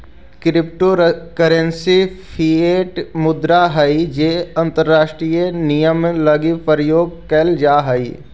crypto currency fiat मुद्रा हइ जे अंतरराष्ट्रीय विनिमय लगी प्रयोग कैल जा हइ